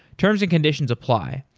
terms and conditions apply.